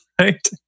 right